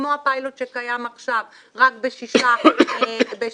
כמו הפיילוט שקיים עכשיו רק בשש רשויות,